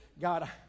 God